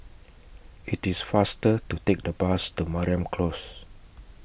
IT IS faster to Take The Bus to Mariam Close